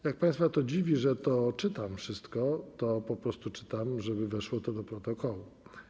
Jak państwa dziwi, że czytam to wszystko, to po prostu czytam, żeby weszło to do protokołu.